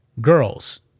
girls